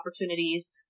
opportunities